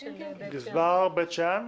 כן, שומע.